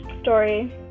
story